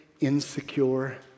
insecure